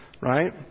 right